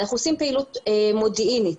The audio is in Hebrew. אנחנו עושים פעילות מודיעינית.